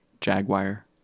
jaguar